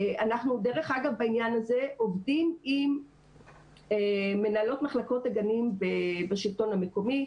אנחנו דרך אגב בעניין הזה עובדים עם מנהלות מחלקות הגנים בשלטון המקומי.